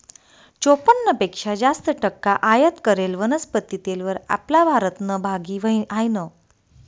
चोपन्न पेक्शा जास्त टक्का आयात करेल वनस्पती तेलवर आपला भारतनं भागी हायनं